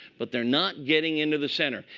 but they're not getting into the center.